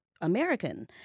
American